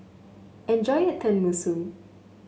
enjoy your Tenmusu